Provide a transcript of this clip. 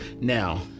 now